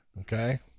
Okay